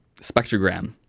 spectrogram